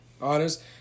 honest